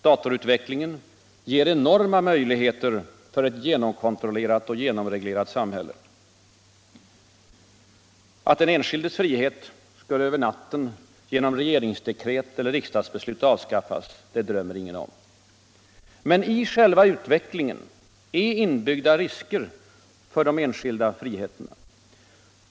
Datorutvecklingen ger enorma möjligheter för ett genomkontrollerat och genomreglerat samhälle. Att den enskildes frihet skulle över en natt genom regeringsdekret eller riksdagsbeslut avskaffas drömmer ingen om. Men i själva utvecklingen är risker inbyggda för den enskildes friheter.